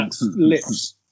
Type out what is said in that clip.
lips